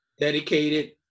dedicated